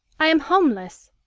i am homeless.